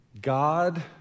God